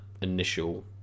initial